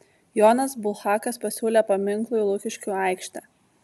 jonas bulhakas pasiūlė paminklui lukiškių aikštę